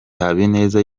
habineza